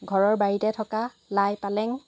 ঘৰৰ বাৰীতে থকা লাই পালেং